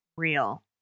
real